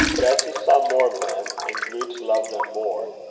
but as he saw more of them, and grew to love them more,